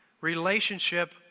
relationship